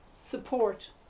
support